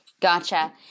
Gotcha